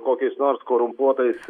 kokiais nors korumpuotais